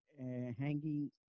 Hanging